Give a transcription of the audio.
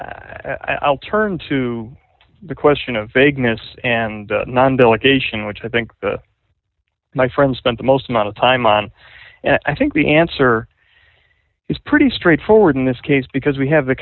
i'll turn to the question of vagueness and nonviolent gauging which i think my friend spent the most amount of time on and i think the answer he's pretty straightforward in this case because we have the